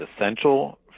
essential